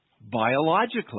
biologically